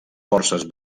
forces